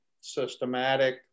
systematic